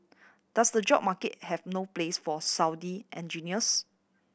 does the job market have no place for Saudi engineers